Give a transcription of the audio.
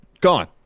gone